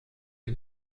une